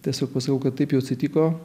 tiesiog pasakau kad taip jau atsitiko